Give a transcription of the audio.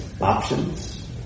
Options